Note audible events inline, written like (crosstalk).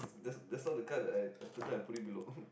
just just now the card that I I took out and put it below (laughs)